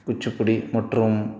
குச்சிப்பிடி மற்றும்